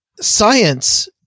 Science